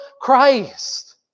Christ